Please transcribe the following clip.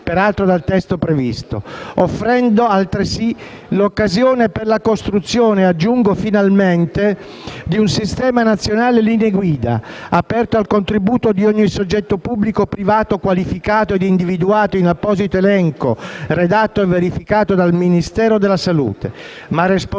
peraltro previsti dal testo, offrendo altresì l'occasione per la costruzione - finalmente - di un sistema nazionale di linee guida aperto al contributo di ogni soggetto pubblico o privato, qualificato e individuato in apposito elenco redatto e verificato dal Ministero della salute, ma responsabilmente